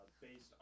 based